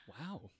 Wow